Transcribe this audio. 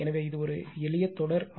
எனவே இது ஒரு எளிய தொடர் ஆர்